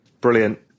Brilliant